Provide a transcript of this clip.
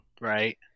Right